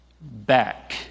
back